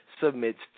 submits